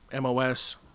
MOS